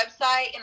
website